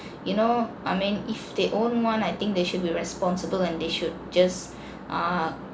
you know I mean if they own one I think they should be responsible and they should just ah